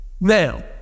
Now